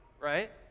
right